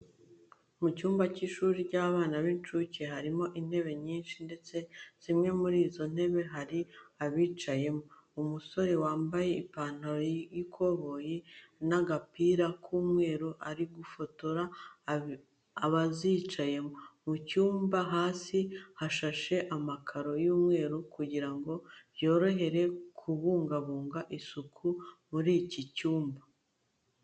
Mu cyumba cy'ishuri ry'abana b'incuke harimo intebe nyinshi ndetse zimwe muri izo ntebe hari abazicayemo. Umusore wambaye ipantaro y'ikoboyi n'agapira k'umweru ari gufotora abazicayemo. Mu cyumba hasi hashashe amakaro y'umweru kugira ngo byorohe kubungabunga isuku muri iki cyumba.